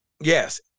yes